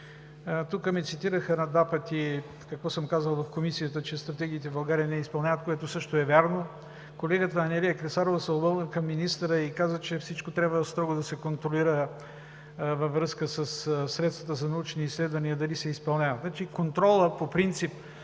пъти ме цитираха какво съм казал в Комисията, че стратегиите в България не се изпълняват, което също е вярно. Колегата Анелия Клисарова се обърна към министъра и каза, че всичко трябва строго да се контролира във връзка със средствата за научни изследвания – дали се изпълнява. Контролът по принцип,